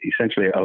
essentially